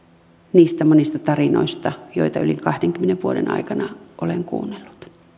niistä monista tarinoista joita yli kahdenkymmenen vuoden aikana olen kuunnellut